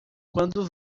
quando